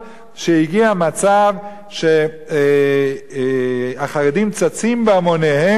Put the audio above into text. שהגיע מצב שהחרדים צצים בהמוניהם בפארק